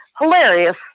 hilarious